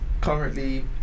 Currently